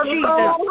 Jesus